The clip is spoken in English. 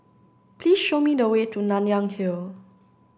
please show me the way to Nanyang Hill